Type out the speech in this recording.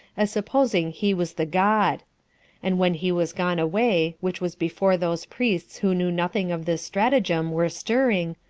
as supposing he was the god and when he was gone away, which was before those priests who knew nothing of this stratagem were stirring,